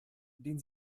den